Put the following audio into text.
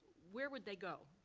where would they go?